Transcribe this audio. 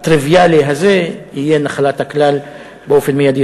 הטריוויאלי הזה יהיה נחלת הכלל באופן מיידי.